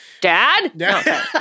dad